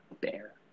bear